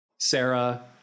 Sarah